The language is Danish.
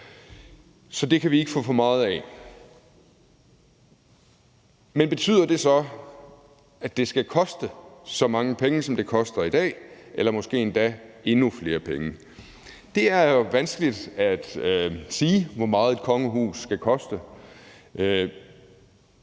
Så det kan vi ikke få for meget af. Men betyder det så, at det skal koste så mange penge, som det koster i dag, eller måske endda endnu flere penge? Det er vanskeligt at sige, hvor meget et kongehus skal koste.